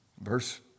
Verse